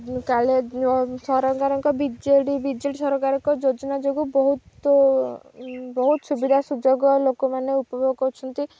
କାଳେ ସରକାରଙ୍କ B J D B J D ସରକାରଙ୍କ ଯୋଜନା ଯୋଗୁଁ ବହୁତ ବହୁତ ସୁବିଧା ସୁଯୋଗ ଲୋକମାନେ ଉପଭୋଗ କରୁଛନ୍ତି